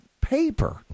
paper